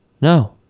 No